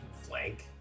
flank